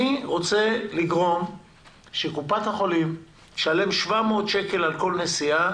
אני רוצה לגרום לכך שקופות החולים ישלמו 700 שקל על כל נסיעה,